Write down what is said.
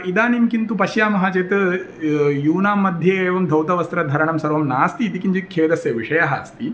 इदानीं किन्तु पश्यामः चेत् यूनांमध्ये एवं धौतवस्त्रधरणं सर्वं नास्ति इति किञ्चित् खेदस्य विषयः अस्ति